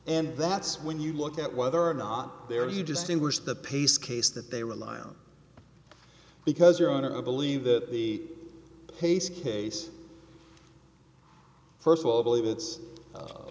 and that's when you look at whether or not there you distinguish the pace case that they rely on because your honor i believe that the pace case first of all believe it's